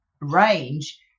range